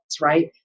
right